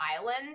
island